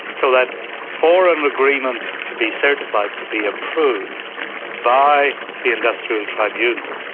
so that for an agreement to be certified, to be approved by the industrial tribunal,